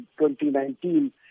2019